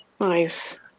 Nice